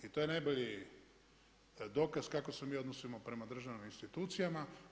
I to je najbolji dokaz kako se mi odnosimo prema državnim institucijama.